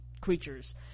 creatures